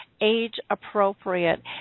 age-appropriate